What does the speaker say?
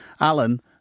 Alan